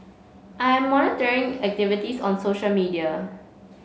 I am monitoring activities on social media